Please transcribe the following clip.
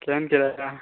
केहन किराया